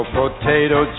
potato